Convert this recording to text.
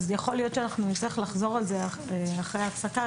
אז יכול להיות שאנחנו נצטרך לחזור על זה אחרי ההפסקה.